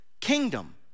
kingdom